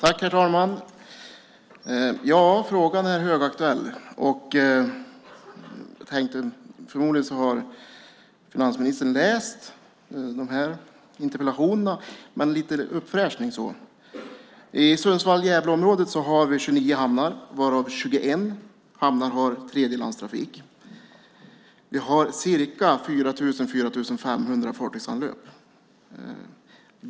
Herr talman! Frågan är högaktuell. Förmodligen har finansministern läst de här interpellationerna, men jag tänkte komma med en liten uppfräschning. I Sundsvall-Gävle-området har vi 29 hamnar, varav 21 hamnar har tredjelandstrafik. Vi har ca 4 000-4 500 fartygsanlöp.